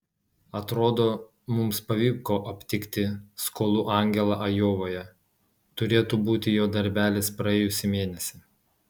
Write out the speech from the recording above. atrodo mums pavyko aptikti skolų angelą ajovoje turėtų būti jo darbelis praėjusį mėnesį